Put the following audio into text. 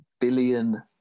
billion